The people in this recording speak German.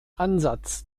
ansatz